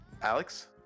Alex